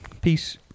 peace